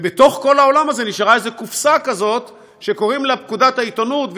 ובתוך כל העולם הזה נשארה איזו קופסה כזאת שקוראים לה פקודת העיתונות,